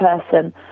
person